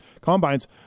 combines